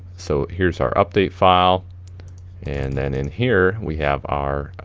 so here's our update file and then in here we have our,